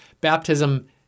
baptism